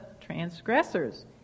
transgressors